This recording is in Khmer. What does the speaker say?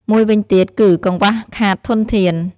មួយវិញទៀត គឺ កង្វះខាតធនធាន។